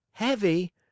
Heavy